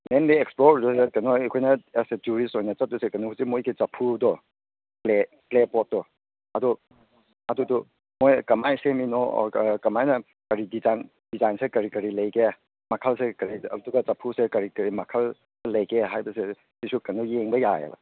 mainly ꯑꯦꯛꯁꯄ꯭ꯂꯣꯔꯁꯤꯗ ꯀꯩꯅꯣ ꯑꯩꯈꯣꯏꯅ ꯑꯦꯁ ꯑꯦ ꯇꯨꯔꯤꯁ ꯑꯣꯏꯅ ꯆꯠꯇꯣꯏꯁꯦ ꯀꯩꯅꯣ ꯍꯧꯖꯤꯛ ꯃꯣꯏꯒꯤ ꯆꯐꯨꯗꯣ ꯀ꯭ꯂꯦ ꯀ꯭ꯂꯦ ꯄꯣꯠꯇꯣ ꯑꯗꯣ ꯑꯗꯨꯗꯣ ꯃꯣꯏ ꯀꯃꯥꯏ ꯁꯦꯝꯃꯤꯅꯣ ꯀꯃꯥꯏꯅ ꯀꯔꯤ ꯗꯤꯖꯥꯏꯟ ꯗꯤꯖꯥꯏꯅꯁꯦ ꯀꯔꯤ ꯀꯔꯤ ꯂꯩꯒꯦ ꯃꯈꯜꯁꯦ ꯀꯔꯤ ꯑꯗꯨꯒ ꯆꯐꯨꯁꯦ ꯀꯔꯤ ꯀꯔꯤ ꯃꯈꯜ ꯂꯩꯒꯦ ꯍꯥꯏꯕꯁꯦ ꯁꯤꯁꯨ ꯀꯩꯅꯣ ꯌꯦꯡꯕ ꯌꯥꯏꯌꯦꯕ